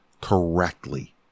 correctly